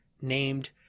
named